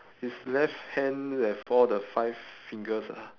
his left hand left all the five fingers ah